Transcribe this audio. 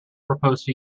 proposed